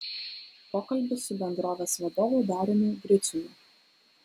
pokalbis su bendrovės vadovu dariumi griciumi